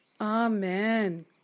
Amen